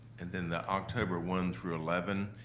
and then the october one through eleven,